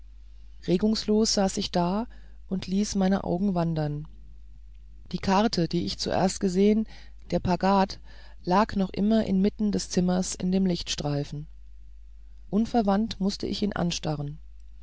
regungslos saß ich da und ließ meine augen wandern die karte die ich zuerst gesehen der pagad lag noch immer inmitten des zimmers in dem lichtstreifen unverwandt mußte ich sie anstarren